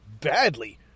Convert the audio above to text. badly